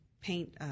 paint